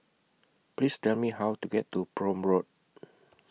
Please Tell Me How to get to Prome Road